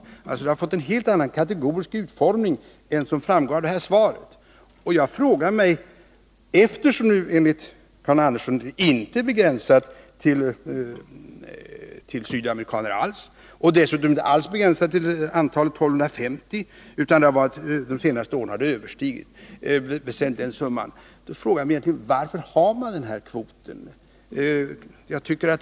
Enligt den uppgiften har bedömningen varit mer kategorisk än vad som nu framgår av svaret. Eftersom kvoten enligt Karin Andersson inte är begränsad till sydamerikaner och inte heller är begränsad till antalet 1 250, utan den siffran under de senaste åren har överstigits, vill jag fråga: Varför har man över huvud taget den här kvoten?